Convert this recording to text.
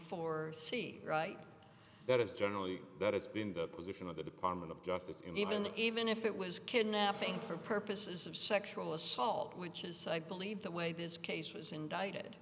c right there is generally that has been the position of the department of justice and even even if it was kidnapping for purposes of sexual assault which is i believe the way this case was indicted